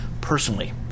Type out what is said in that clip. personally